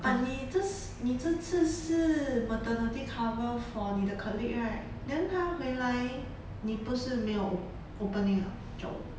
but 你这你这次是 maternity cover for 你的 colleague right then 她回来你不是没有 op~ opening liao job